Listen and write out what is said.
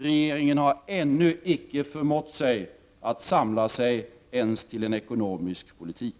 Regeringen har ännu icke förmått att ens samla sig till en ekonomisk politik.